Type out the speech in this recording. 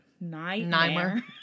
nightmare